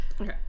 Okay